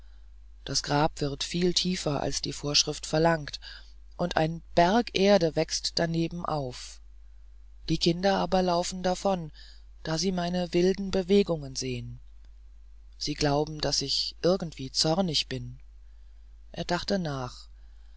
das grab wird viel tiefer als die vorschrift verlangt und ein berg erde wächst daneben auf die kinder aber laufen davon da sie meine wilden bewegungen sehen sie glauben daß ich irgendwie zornig bin er dachte nach